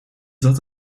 zat